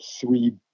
three